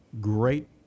great